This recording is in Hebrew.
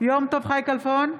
יום טוב חי כלפון,